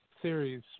Series